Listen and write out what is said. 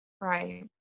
Right